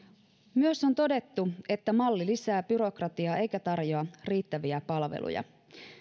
myös on todettu että malli lisää byrokratiaa eikä tarjoa riittäviä palveluja